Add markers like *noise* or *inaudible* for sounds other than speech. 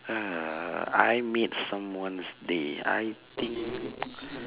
uh I made someone's day I think *breath*